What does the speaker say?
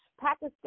Pakistan